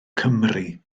cymru